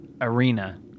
arena